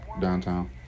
downtown